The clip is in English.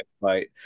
fight